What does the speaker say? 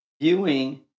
viewing